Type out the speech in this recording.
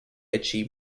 achieved